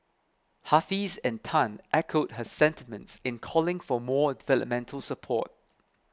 Hafiz and Tan echoed her sentiments in calling for more developmental support